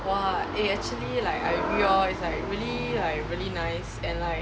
!wah! eh actually like I really orh it's like really nice and like